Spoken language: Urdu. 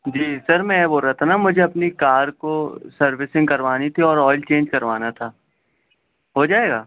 جی سر میں یہ بول رہا تھا نا مجھے اپنی کار کو سروسنگ کروانی تھی اور آئل چینج کروانا تھا ہو جائے گا